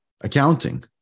accounting